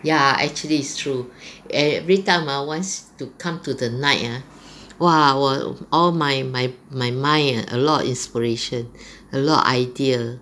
ya actually is true every time ah once to come to the night ah !wah! 我 all my my my mind a lot of inspiration a lot of idea